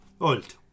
old